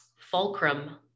fulcrum